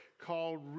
called